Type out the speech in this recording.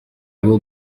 will